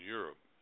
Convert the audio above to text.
Europe